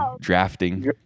Drafting